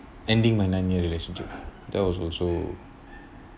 ending my nine year relationship that was also